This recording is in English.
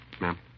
Ma'am